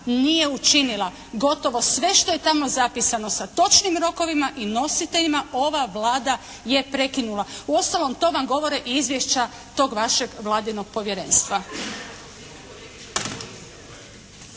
nije učinila. Gotovo sve što je tamo zapisano sa točnim rokovima i nositeljima ova Vlada je prekinula. Uostalom, to vam govore i izvješća tog vašeg vladinog povjerenstva.